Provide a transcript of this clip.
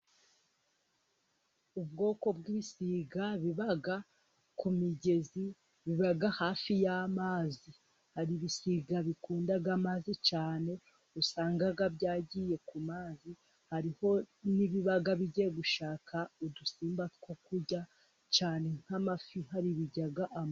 Ubwoko bwibisiga biba ku migezi biba hafi y'amazi, hari ibisiga bikunda amazi cyane usanga byagiye ku mazi, hariho n'ibiba bigiye gushaka udusimba two kurya cyane, nk'amafi hari ibirya amafi.